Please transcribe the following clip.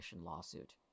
lawsuit